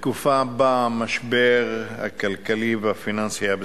בתקופה שבה המשבר הכלכלי והפיננסי היה בשיאו,